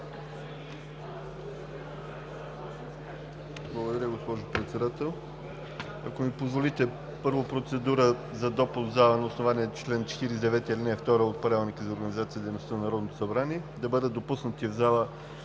Благодаря, госпожо Председател.